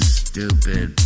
stupid